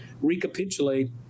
recapitulate